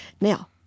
Now